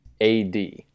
AD